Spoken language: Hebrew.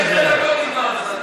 חבר הכנסת גליק,